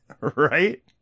right